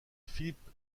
philippe